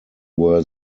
were